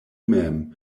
mem